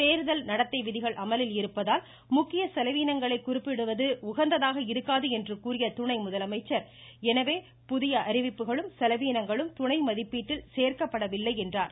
தேர்தல் நடத்தை விதிகள் அமலில் இருப்பதால் முக்கிய செலவினங்களை குறிப்பிடுவது உகந்ததாக இருக்காது என்று கூறிய துணை முதலமைச்சர் எனவே புதிய அறிவிப்புகளும் செலவினங்களும் துணை மதிப்பீட்டில் சேர்க்க்பபடவில்லை என்றார்